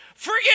Forget